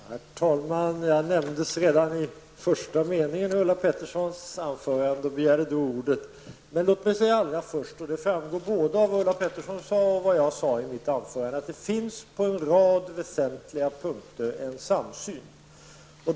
Herr talman! Jag nämndes redan i första meningen i Ulla Petterssons anförande och begärde då ordet. Jag vill emellertid börja med en annan sak. Det framgick både av vad Ulla Pettersson sade och vad jag sade i mitt anförande att det på en rad väsentliga punkter finns en samsyn.